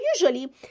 usually